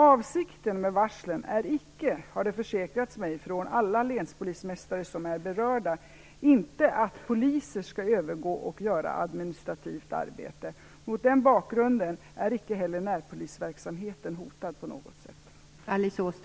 Avsikten med varslen är icke, har det försäkrats mig från alla länspolismästare som är berörda, att poliser skall övergå till att göra administrativt arbete. Mot den bakgrunden är icke heller närpolisverksamheten hotad på något sätt.